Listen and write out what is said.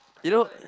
you know